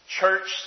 church